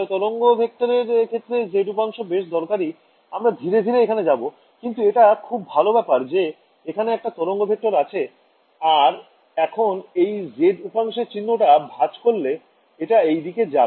তরঙ্গ ভেক্টরের ক্ষেত্রে z উপাংশ বেশ দরকারি আমরা ধিরে ধিরে এখানে যাবো কিন্তু এটা একটা খুব ভালো ব্যাপার যে এখানে একটা তরঙ্গ ভেক্টর আছে আর এখন এই z উপাংশের চিহ্ন টা ভাজ করলে এটা এইদিকে যাবে